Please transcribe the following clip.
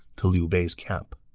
to liu bei's camp